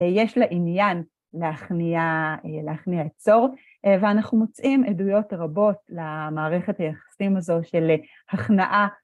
יש לה עניין להכניע את צור, ואנחנו מוצאים עדויות רבות למערכת היחסים הזו של הכנעה